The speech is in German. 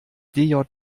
djh